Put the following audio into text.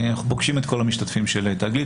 אנחנו פוגשים את כל המשתתפים של 'תגלית',